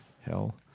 Hell